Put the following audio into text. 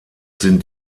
sind